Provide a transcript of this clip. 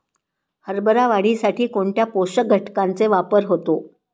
हरभरा वाढीसाठी कोणत्या पोषक घटकांचे वापर होतो?